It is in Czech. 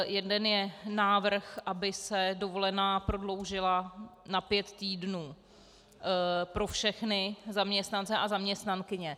Jeden je návrh, aby se dovolená prodloužila na pět týdnů pro všechny zaměstnance a zaměstnankyně.